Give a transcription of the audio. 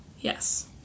Yes